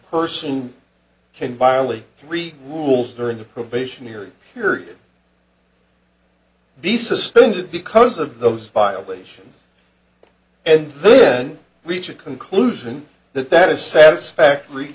person can violate three rules during the probationary period these suspended because of those violations and reach a conclusion that that is satisfactory